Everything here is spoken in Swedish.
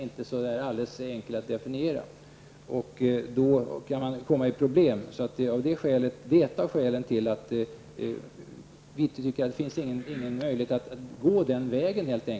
Det är ett av skälen till att vi anser att det inte finns någon möjlighet att gå den vägen.